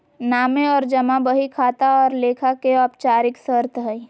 नामे और जमा बही खाता और लेखा के औपचारिक शर्त हइ